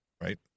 right